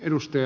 ennuste